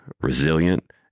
resilient